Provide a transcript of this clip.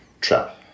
Trap